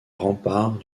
remparts